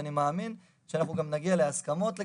אני חושב שמה שנעשה על ידי ממשלות ישראל כולן היו דברים חשובים מאוד